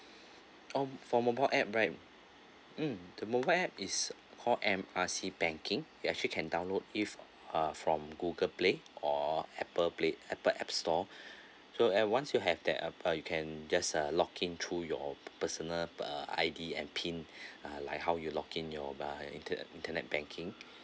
oh for mobile app right mm the mobile app is called M R C banking you actually can download it uh from Google Play or Apple play Apple apps store so at once you have that uh you can just uh login through your personal per I_D and PIN uh like how you login your by internet internet banking